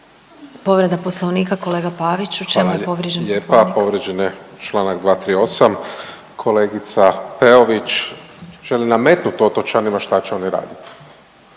Povreda Poslovnika kolega Pavić u čemu je povrijeđen Poslovnik?